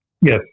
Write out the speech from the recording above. yes